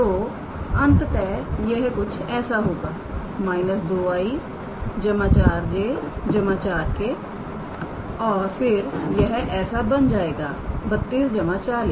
तो अंततः यह कुछ ऐसा होगा −2𝑖̂ 4𝑗̂ 4𝑘̂ और फिर यह ऐसा बन जाएगा 32 40